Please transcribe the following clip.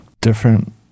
different